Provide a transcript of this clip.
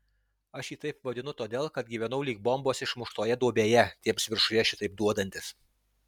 aš jį taip vadinu todėl kad gyvenau lyg bombos išmuštoje duobėje tiems viršuje šitaip duodantis